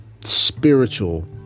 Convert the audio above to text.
spiritual